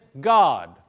God